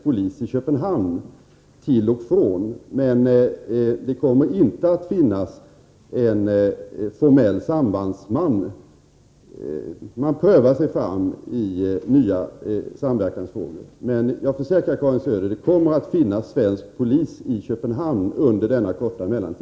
Jag upprepar min fråga: Kommer det att finnas någon sambandsman i Köpenhamn efter den 1 juli?